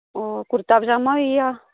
और कुर्ता पजामा होई गेआ